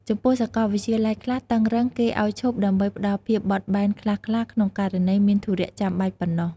ចំពោះសកលវិទ្យាល័យខ្លះតឹងរុឹងគេឱ្យឈប់ ដើម្បីផ្ដល់ភាពបត់បែនខ្លះៗក្នុងករណីមានធុរៈចាំបាច់ប៉ុណ្ណោះ។